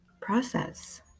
process